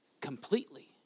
completely